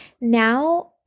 Now